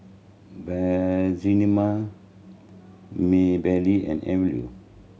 Breanne Maybelle and Evia